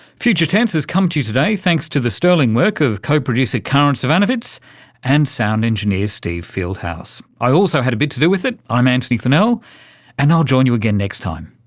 future tense has come to you today thanks to the sterling work of co-producer karin zsivanovits and sound engineer steve fieldhouse. i also had a bit to do with it, i'm antony funnell, you know and i'll join you again next time.